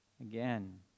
Again